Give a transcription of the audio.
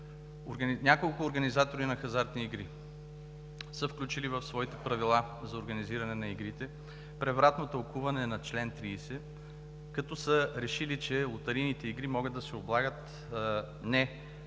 Няколко организатори на хазартни игри са включили в своите правила за организиране на игрите превратно тълкуване на чл. 30, като са решили, че лотарийните игри могат да се облагат не